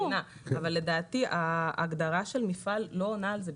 אבל לדעתי ההגדרה של מפעל לא עונה על זה.